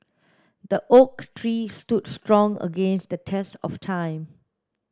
the oak tree stood strong against the test of time